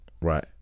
Right